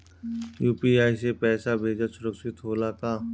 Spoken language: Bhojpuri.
यू.पी.आई से पैसा भेजल सुरक्षित होला का?